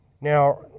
Now